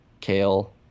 kale